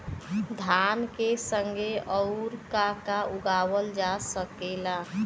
धान के संगे आऊर का का उगावल जा सकेला?